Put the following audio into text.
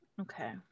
Okay